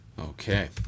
okay